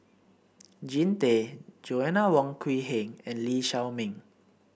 Jean Tay Joanna Wong Quee Heng and Lee Shao Meng